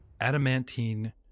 Adamantine